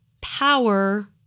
power